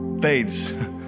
fades